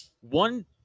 One